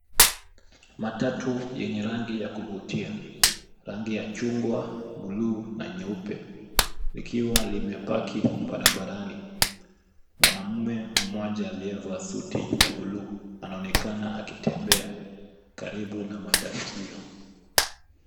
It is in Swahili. Matatu yenye rangi ya kuvutia. Rangi ya chungwa, buluu na nyeupe likiwa limepaki barabarani. Mwanaume mmoja aliyevaa suti ya buluu anaonekana akitembea karibu na matatu hiyo.